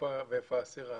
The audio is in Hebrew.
ואיפה האסיר?